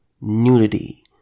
nudity